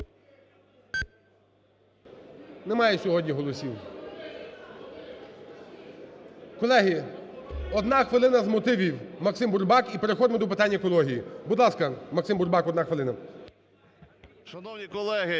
Немає сьогодні голосів. Колеги, одна хвилина з мотивів, Максим Бурбак, і переходимо до питань екології. Будь ласка, Максим Бурбак, одна хвилина. 17:23:20